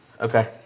Okay